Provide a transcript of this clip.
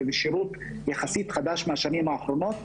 כי זה שרות יחסית חדש מהשנים האחרונות.